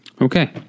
Okay